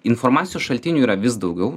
informacijos šaltinių yra vis daugiau